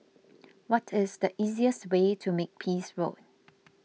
what is the easiest way to Makepeace Road